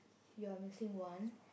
you are missing one